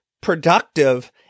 productive